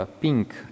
Pink